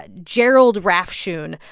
ah gerald rafshoon.